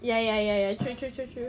ya ya ya ya true true true true